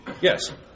Yes